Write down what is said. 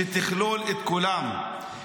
שתכלול את כולם.